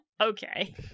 Okay